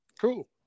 Cool